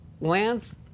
Lance